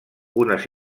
unes